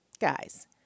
Guys